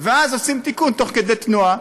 ואז עושים תיקון תוך כדי תנועה.